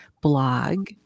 Blog